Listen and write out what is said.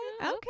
Okay